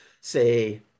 say